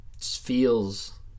feels